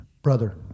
Brother